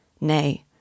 Nay